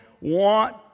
want